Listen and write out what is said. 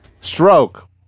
Stroke